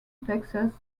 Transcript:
texas